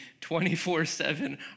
24-7